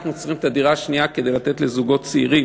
אנחנו צריכים את הדירה השנייה כדי לתת לזוגות צעירים.